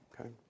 okay